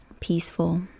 peaceful